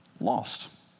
lost